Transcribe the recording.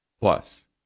Plus